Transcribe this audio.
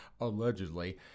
allegedly